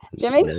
jimmy.